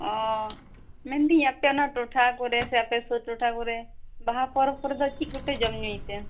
ᱚᱻ ᱢᱮᱱᱫᱤᱧ ᱟᱯᱮ ᱚᱱᱟ ᱴᱚᱴᱷᱟ ᱠᱚᱨᱮ ᱥᱮ ᱟᱯᱮ ᱥᱩᱨ ᱴᱚᱴᱷᱟ ᱠᱚᱨᱮ ᱵᱟᱦᱟ ᱯᱚᱨᱚᱵᱽ ᱠᱚ ᱪᱮᱫ ᱠᱚᱯᱮ ᱡᱚᱢ ᱧᱩᱭ ᱛᱮ